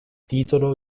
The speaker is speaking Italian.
titolo